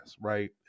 right